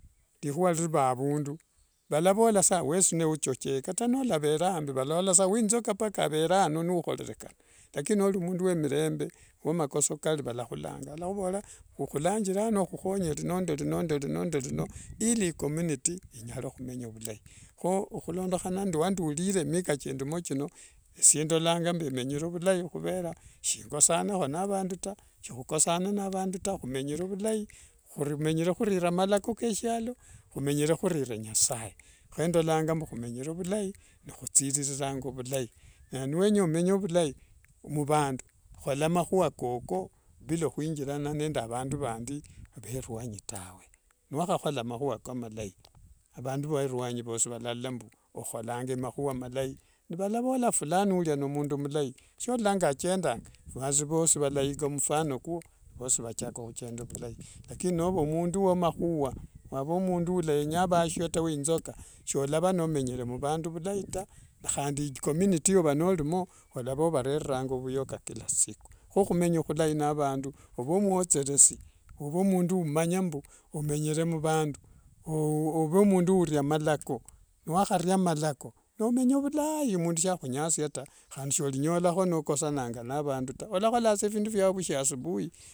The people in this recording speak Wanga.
Rihua riva avundu valavola sa wesi newe uchochee kata nolavere ambi valavola sa weinzoka mpaka avere ano nuuhorere kano,, lakini noori omundu wemirembe, wamakosa kari valahulanga, valahuvorera huhulanjire ano ohuhonye rino nde rino nde rino ili icommunity inyale ohumenya ovulayi, kho ohulondohana nde andiurire mika kya ndimo kino esye ndolanga mbu emenyere ovulayi ohuvera shingosaneho naavandu ta, shihukosaneho naavandu ta humenyere ovulayi, khumenyere huriire amalako keshialo, humenyere nehurire nyasaye, kho ndolanga mbu humenyere ovulayi ne hutsiriranga ovulayi, naye niwenya omenye ovulayi muvaandu, khola mahua koko bila hwinjirana nende avaandu vandi ve erwanyi tawe, newahahola amahuako malayi avandu veerwanyi vosi valalola mbu oholanga emahua malayi nevalavola fulani urya ne mundu omulayi, shoolola ngacheendanga, vaandu voosi valaiga mfano kwo nevosi vachaka huchenda ovulayi, lakini nova omundu waamahua, wava omundu ulenya avashie ta we inzoka, sholava nomenyere muvandu vilayi ta nehando icommunity yoova noorima olava ovarerenga oluyoka kila siku, ho humenya vulayi naavandu ove mweotseresi, ove mundu umanya mbu omenyere muvandu, ove muundu urya malako, newaharia amalako nomenya vulayi mundu sahunyasia ta khandi sorinyola nokosananga naavandu ta, olaholanga sa evindu vyao vushya asubui…